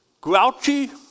grouchy